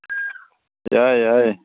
ꯌꯥꯏ ꯌꯥꯏ